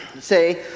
Say